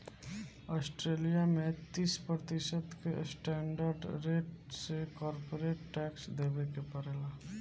Australia में तीस प्रतिशत के स्टैंडर्ड रेट से कॉरपोरेट टैक्स देबे के पड़ेला